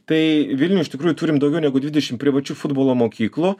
tai vilniuj iš tikrųjų turim daugiau negu dvidešim privačių futbolo mokyklų